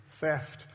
theft